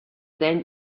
then